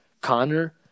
Connor